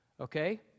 Okay